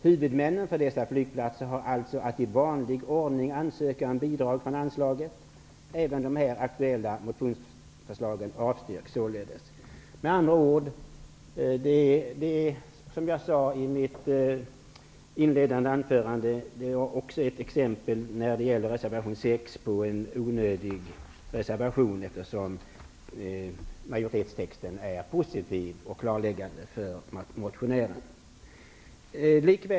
Huvudmännen för dessa flygplatser har alltså att i vanlig ordning ansöka om bidrag från anslaget. Även de här aktuella motionsförslagen avstyrks således.'' Som jag sade i mitt inledande anförande är också reservation 6 exempel på en onödig reservation, eftersom majoritetstexten är positiv och klarläggande för motionären.